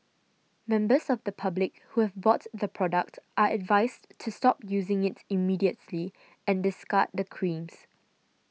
members of the public who have bought the product are advised to stop using it immediately and discard the creams